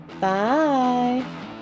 Bye